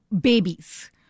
babies